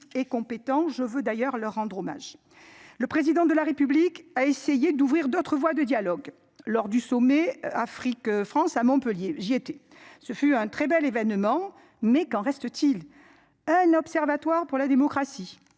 aguerri et. Je veux d'ailleurs leur rendre hommage, le président de la République a essayé d'ouvrir d'autres voies de dialogue lors du sommet Afrique-France à Montpellier j'y été. Ce fut un très bel événement mais qu'en reste-t-il un observatoire pour la démocratie.